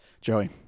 Joey